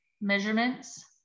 measurements